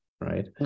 Right